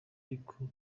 ariko